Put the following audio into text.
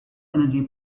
energy